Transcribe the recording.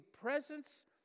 presence